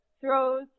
throws